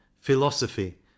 philosophy